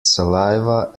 saliva